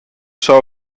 schar